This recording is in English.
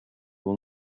will